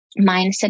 mindset